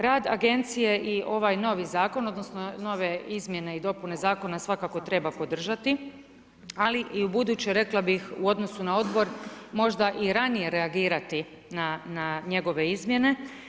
Rad agencije i ovaj novi zakon odnosno nove izmjene i dopune zakona svakako treba podržati, ali i u buduće rekla bih u odnosu na odbor možda i ranije reagirati na njegove izmjene.